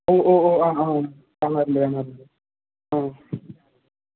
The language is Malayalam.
ഓ ഓ ആ ആ കാണാറുണ്ട് കാണാറുണ്ട് ആ